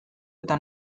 eta